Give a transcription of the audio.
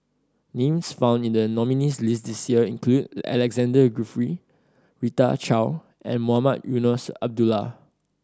names found in the nominees' list this year include Alexander Guthrie Rita Chao and Mohamed Eunos Abdullah